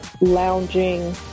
lounging